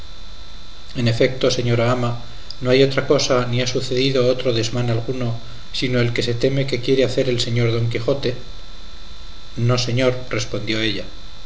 en efecto señora ama no hay otra cosa ni ha sucedido otro desmán alguno sino el que se teme que quiere hacer el señor don quijote no señor respondió ella